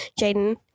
Jaden